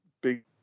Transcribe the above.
big